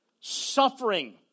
suffering